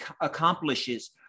accomplishes